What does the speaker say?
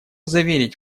заверить